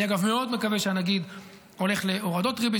אגב, אני מקווה מאוד שהנגיד הולך להורדות ריבית.